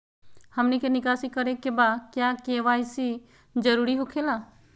हमनी के निकासी करे के बा क्या के.वाई.सी जरूरी हो खेला?